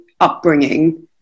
upbringing